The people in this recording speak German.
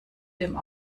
dem